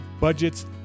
budgets